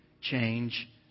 change